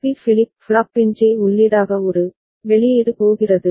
B flip ஃப்ளாப்பின் J உள்ளீடாக ஒரு வெளியீடு போகிறது